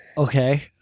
Okay